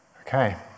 Okay